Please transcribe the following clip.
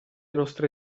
nostre